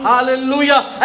Hallelujah